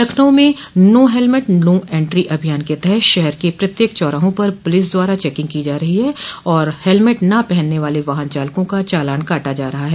लखनऊ में no helmet no entry अभियान के तहत शहर के प्रत्येक चौराहों पर पुलिस द्वारा चैकिंग की जा रही है और हेलमेट न पहनने वाले वाहन चालकों का चालान काटा जा रहा है